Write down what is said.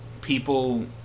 people